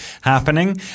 happening